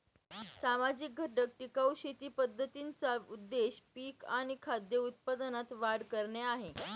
सामाजिक घटक टिकाऊ शेती पद्धतींचा उद्देश पिक आणि खाद्य उत्पादनात वाढ करणे आहे